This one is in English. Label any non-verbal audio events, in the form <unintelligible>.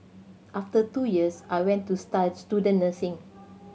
after two years I went to <unintelligible> student nursing